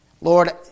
Lord